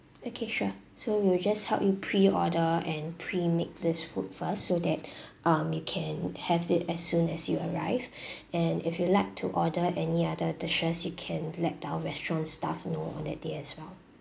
okay sure so we'll just help you pre order and pre make this food first so that um you can have it as soon as you arrive and if you'd like to order any other dishes you can let the our restaurant staff know on that day as well